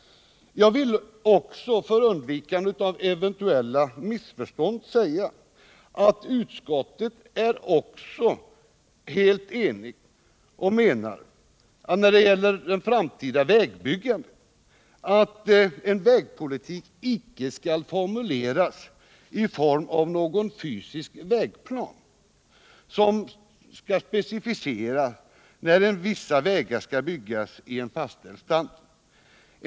Jag vill också, för undvikande av eventuella missförstånd, säga att utskottet är helt enigt och menar att vägpolitiken rörande framtida vägbyggande inte skall formuleras som någon fysisk vägplan, som skall specificera när vissa vägar skall byggas i en fastställd standard.